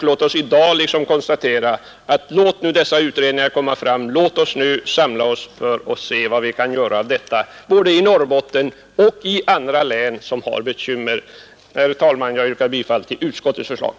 Låt utredningarna bli färdiga, låt oss samla oss för att se vad vi kan göra av detta, både i Norrbotten och i andra län som har bekymmer. Herr talman! Jag yrkar bifall till utskottets hemställan.